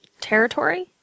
territory